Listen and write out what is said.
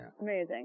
Amazing